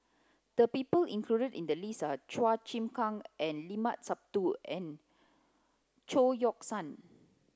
the people included in the list are Chua Chim Kang and Limat Sabtu and Chao Yoke San